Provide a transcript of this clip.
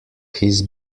his